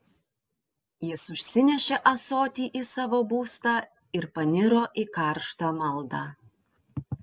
jis užsinešė ąsotį į savo būstą ir paniro į karštą maldą